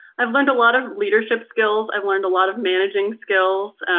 i've learned a lot of leadership skills, i've learned a lot of managing skills.